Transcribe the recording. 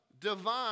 divine